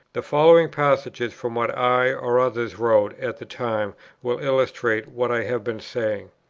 the following passages from what i or others wrote at the time will illustrate what i have been saying